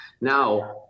Now